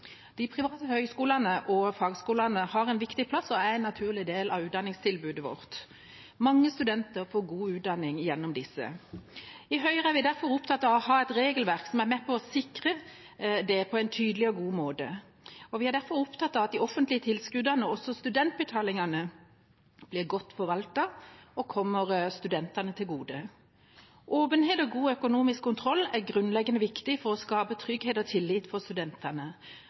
utdanningstilbudet vårt. Mange studenter får god utdanning gjennom disse. I Høyre er vi derfor opptatt av å ha et regelverk som er med på å sikre dette på en tydelig og god måte. Vi er derfor opptatt av at de offentlige tilskuddene og også studentbetalingene blir godt forvaltet og kommer studentene til gode. Åpenhet og god økonomisk kontroll er grunnleggende viktig for å skape trygghet og tillit for studentene